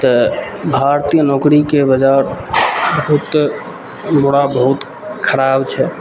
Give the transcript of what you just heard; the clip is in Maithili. तऽ भारतीय नौकरीके वजह बहुत बुरा बहुत खराब छै